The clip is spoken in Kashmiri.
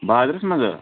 بازرَس منٛزا